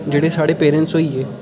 जेह्ड़े साढ़े पेरैंटस होई गे